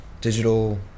digital